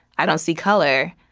i don't see color,